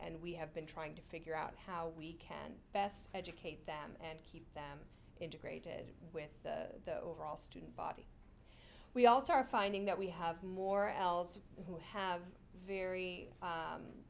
we have been trying to figure out how we can best educate them and keep them integrated with the overall student body we also are finding that we have more l's who have very